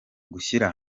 gushyira